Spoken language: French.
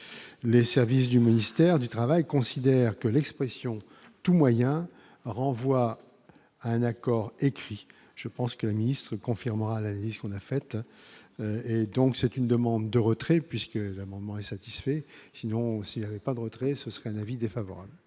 les services du ministère du Travail considère que l'expression tous moyens renvoie à un accord écrit, je pense que la ministre confirmant la vie qu'on a fait et donc c'est une demande de retrait puisque l'amendement est satisfait, sinon aussi n'avait pas de retrait, ce serait un avis défavorable.